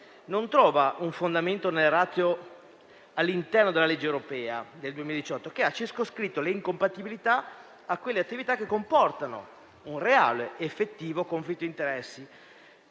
non trova fondamento nella *ratio* all'interno della legge europea del 2018, che ha circoscritto le incompatibilità a quelle attività che comportano un reale, effettivo conflitto di interessi;